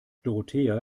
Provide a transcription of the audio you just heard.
dorothea